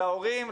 להורים,